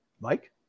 Mike